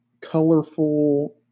colorful